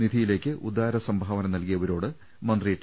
നിധിയിലേക്ക് ഉദാര സംഭാ വന നൽകിയവരോട് മന്ത്രി ടി